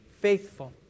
faithful